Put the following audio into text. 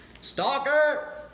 STALKER